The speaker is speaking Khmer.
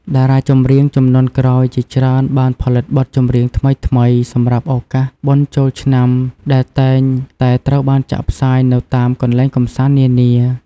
តារាចម្រៀងជំនាន់ក្រោយជាច្រើនបានផលិតបទចម្រៀងថ្មីៗសម្រាប់ឱកាសបុណ្យចូលឆ្នាំ ដែលតែងតែត្រូវបានចាក់ផ្សាយនៅតាមកន្លែងកម្សាន្តនានា។